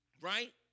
right